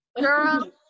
girl